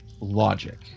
logic